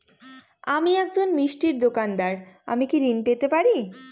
আমি একজন মিষ্টির দোকাদার আমি কি ঋণ পেতে পারি?